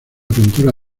pintura